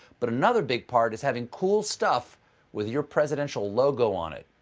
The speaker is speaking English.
but another big part is having cool stuff with your presidential logo on it.